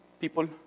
people